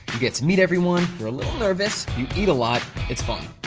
get to meet everyone. they're a little nervous. you eat a lot. it's fun.